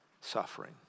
suffering